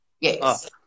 Yes